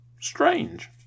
strange